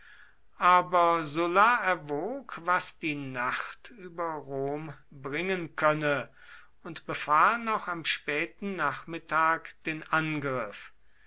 aber sulla erwog was die nacht über rom bringen könne und befahl noch am späten nachmittag den angriff